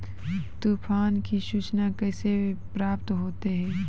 तुफान की सुचना कैसे प्राप्त होता हैं?